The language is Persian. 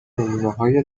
نمونههای